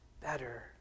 better